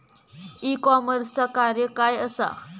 E कॉमर्सचा कार्य काय असा?